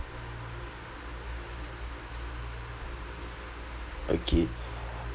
okay